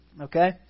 okay